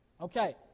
Okay